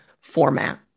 format